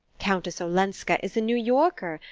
countess olenska is a new yorker,